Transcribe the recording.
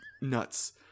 nuts